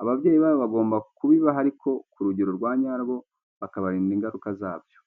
ababyeyi babo bagomba kubibaha ariko ku rugero rwa nyarwo bakabarinda ingaruka zabyo.